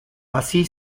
así